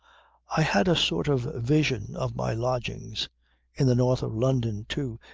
i had a sort of vision of my lodgings in the north of london, too,